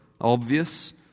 obvious